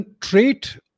trait